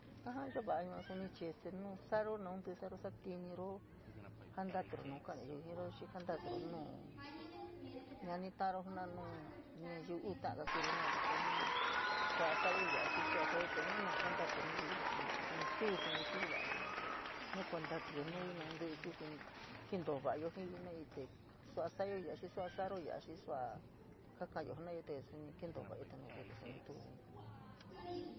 Jaja yo va’a yua suni chii este nu sa’aro, naun tí’í sara satiñuro, jantaturo naun jantaturo nau ka’a nayiu jiro xii jantaturo nuu ñani ta’aro nuu nayiu uu ta’a kakuro jenaro te nu sua sa’ayo ya’a xii sua so’ayo te nu ma kuantatuyo nui naun tí’í kuu suni kentoo va’ayo jiii jenaíí te sua sa’ayo yaa, xii sua sa’aro ya’a xii sua ka ka’ayo jenayote suni kentoo va’ayo nu tuu suni, te nutu suni.